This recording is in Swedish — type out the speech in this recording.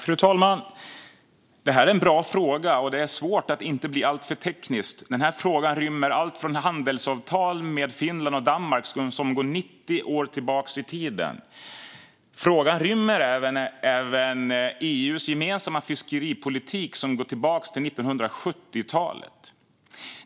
Fru talman! Detta är en bra fråga, och det är svårt att inte bli alltför teknisk. Frågan rymmer handelsavtal med Finland och Danmark som går 90 år tillbaka i tiden. Den rymmer även EU:s gemensamma fiskeripolitik, som går tillbaka till 1970-talet.